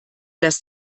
das